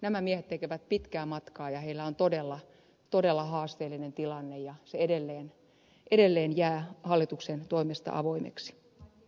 nämä miehet tekevät pitkää matkaa ja heillä on todella haasteellinen tilanne ja se edelleen jää hallituksen toimesta avoimeksi